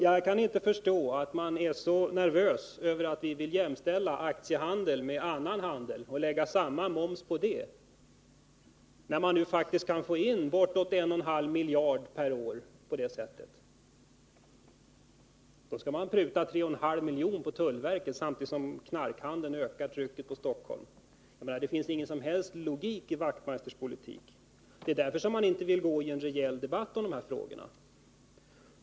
Jag kan inte förstå att man är så nervös över att vi vill jämställa aktiehandeln med annan handel och lägga samma moms på den; när det nu faktiskt går att få in bortåt 1,5 miljarder per år på det sättet. Då skall man pruta 3,5 milj.kr. på tullverket, samtidigt som knarkhandeln ökar trycket på Stockholm. Jag menar att det finns ingen som helst logik i Knut Wachtmeisters politik. Det är därför han inte vill gå in i en rejäl debatt om det här.